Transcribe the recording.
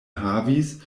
havis